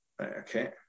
Okay